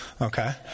Okay